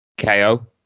KO